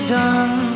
done